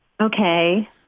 Okay